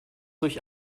durch